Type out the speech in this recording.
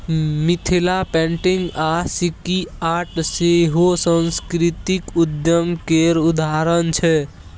Mithila painting आ सिक्की art सेहो सास्कृतिक उद्यम केर उदाहरण छै